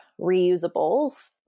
reusables